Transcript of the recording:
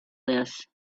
this